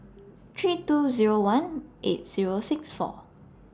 three two Zero one eight Zero six four